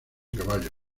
caballos